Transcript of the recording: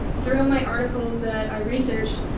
throughout my articles that i researched,